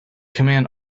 command